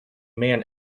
man